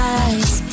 eyes